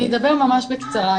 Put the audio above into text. אני אדבר ממש בקצרה.